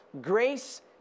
grace